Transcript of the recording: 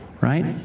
right